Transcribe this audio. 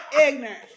ignorant